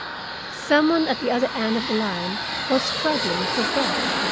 some one at the other end of the line was struggling for breath.